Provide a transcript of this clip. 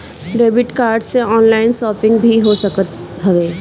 debit card से online shopping भी हो सकत हवे